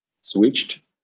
switched